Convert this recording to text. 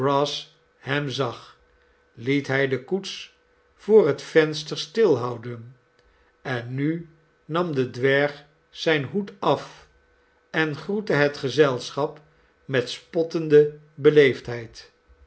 hem zag liet hij de koets voor het venster stilhouden en nu nam de dwerg zijn hoed af en groette het gezelschap met spottende